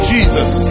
Jesus